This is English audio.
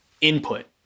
input